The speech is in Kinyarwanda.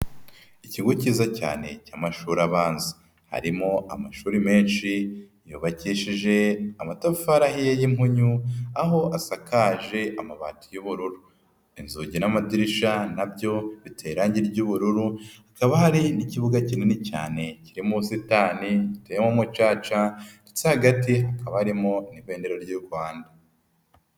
Ikigo cyiza cyane cy'amashuri abanza harimo amashuri menshi yubakishije amatafari ahiye y'impunyu aho asakaje amabati y'ubururu. Inzugi n'amadirisha na byo biteye irangi ry'ubururu, hakaba hari n'ikibuga kinini cyane kirimo ubusitani giteyemo umucaca, hagati habamo n'ibendera ry'u Rwanda.